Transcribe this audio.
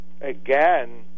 again